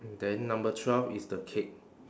then number twelve is the cake